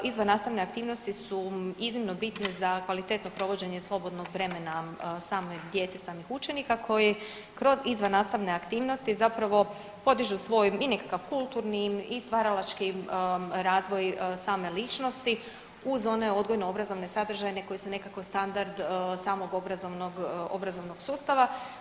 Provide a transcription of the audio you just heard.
Izvannastavne aktivnosti su iznimno bitne za kvalitetno provođenje slobodnog vremena samoj djeci samih učenika koji kroz izvannastavne aktivnosti zapravo podižu svoj i nekakav kulturni i stvaralački razvoj same ličnosti uz one odgojno obrazovne sadržaje koji se nekako standard samog obrazovnog sustava.